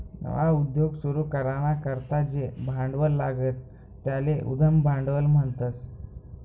नवा उद्योग सुरू कराना करता जे भांडवल लागस त्याले उद्यम भांडवल म्हणतस